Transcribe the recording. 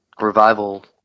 Revival